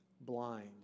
blind